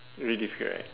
really difficult right